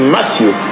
Matthew